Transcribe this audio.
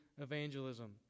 evangelism